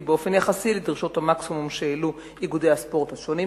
באופן יחסי לדרישות המקסימום שהעלו איגודי הספורט השונים,